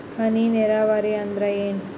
ಹನಿ ನೇರಾವರಿ ಅಂದ್ರ ಏನ್?